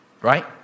Right